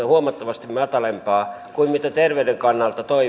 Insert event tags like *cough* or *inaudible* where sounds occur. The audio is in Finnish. *unintelligible* huomattavasti matalampaa kuin mitä terveyden kannalta